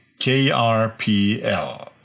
KRPL